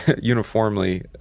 uniformly